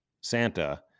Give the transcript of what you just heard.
Santa